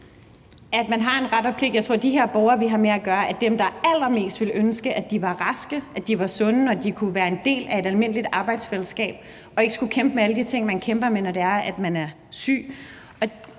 Man har en ret og en pligt. Jeg tror, at de her borgere, vi har med at gøre, er dem, der allermest ville ønske, at de var raske og sunde, og at de kunne være en del af et almindeligt arbejdsfællesskab og ikke skulle kæmpe med alle de ting, man kæmper med, når man er syg.